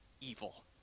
evil